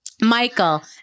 Michael